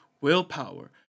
willpower